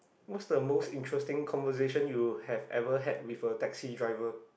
what's the most interesting conversation you have ever had with a taxi driver